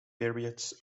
periods